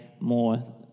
more